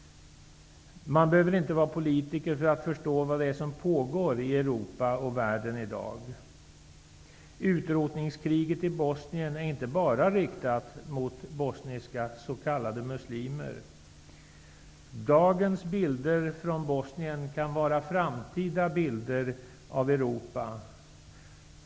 Man behöver inte vara politiker för att förstå vad det är som pågår i Europa och världen i dag. Utrotningskriget i Bosnien är inte bara riktat mot bosniska s.k. muslimer. Dagens bilder från Bosnien kan vara framtida bilder av Europa.